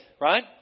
right